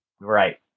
Right